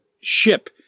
ship